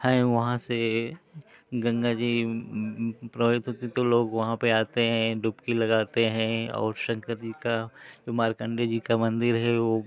हैं वहाँ से गंगा जी प्रवाहित होती हैं लोग वहाँ पर आते हैं डुबकी लगाते हैं और शंकर जी का तो मार्कण्डेय जी का मन्दिर है वह